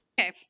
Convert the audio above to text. okay